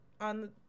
on